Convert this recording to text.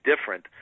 different